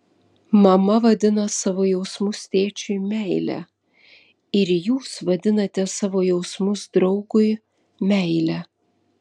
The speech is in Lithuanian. mama vadina savo jausmus tėčiui meile ir jūs vadinate savo jausmus draugui meile